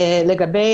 לגבי